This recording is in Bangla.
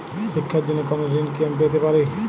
শিক্ষার জন্য কোনো ঋণ কি আমি পেতে পারি?